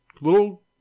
little